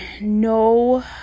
no